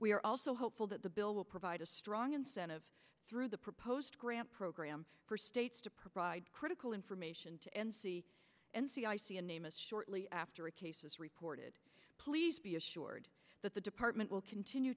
are also hopeful that the bill will provide a strong incentive through the proposed grant program for states to provide critical information to n c i c a name and shortly after a cases reported please be assured that the department will continue